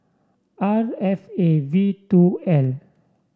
R F A V two L